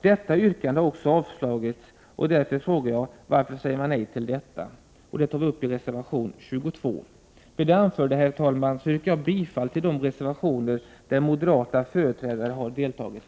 Detta yrkande har man också yrkat avslag på. Därför frågar jag: Varför säger man nej? Om detta kan man läsa i reservation 22. Med det anförda, herr talman, yrkar jag bifall till de reservationer som moderata företrädare står bakom.